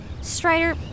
Strider